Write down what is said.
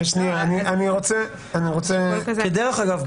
דרך אגב,